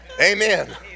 Amen